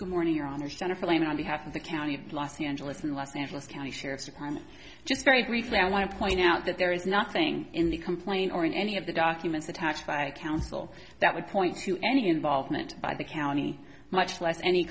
good morning your honor center philemon on behalf of the county of los angeles and los angeles county sheriff's department just very briefly i want to point out that there is nothing in the complaint or in any of the documents attached by counsel that would point to any involvement by the county much less any